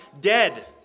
dead